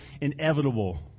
inevitable